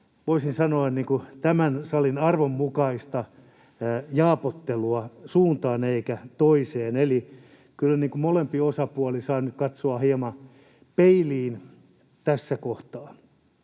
voisin sanoa, tämän salin arvon mukaista jaapottelua suuntaan eikä toiseen. Kyllä molempi osapuoli saa nyt katsoa hieman peiliin tässä kohtaa.